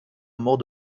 mort